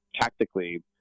tactically